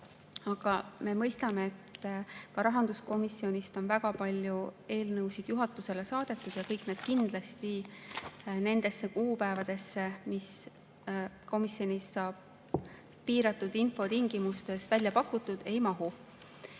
Aga me mõistame, et kuna ka rahanduskomisjonist on väga palju eelnõusid juhatusele saadetud, siis kõik need kindlasti nendesse kuupäevadesse, mis komisjonis piiratud info tingimustes välja pakutakse, ei mahu.